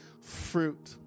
fruit